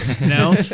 No